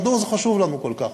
מדוע זה חשוב לנו כל כך.